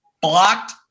blocked